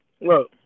look